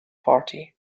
party